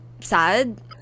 sad